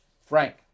Frank